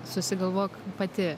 susigalvok pati